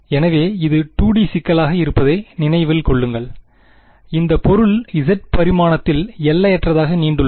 எனவே இது two D சிக்கலாக இருப்பதை நினைவில் கொள்ளுங்கள் இந்த பொருள் இசட் பரிமாணத்தில எல்லையற்றதாக நீண்டுள்ளது